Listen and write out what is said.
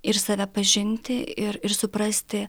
ir save pažinti ir ir suprasti